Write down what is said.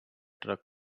truck